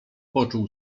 poczuł